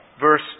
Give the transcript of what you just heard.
verse